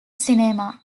cinema